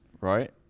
right